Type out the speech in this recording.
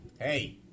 Hey